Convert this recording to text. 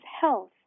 health